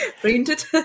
Printed